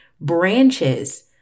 branches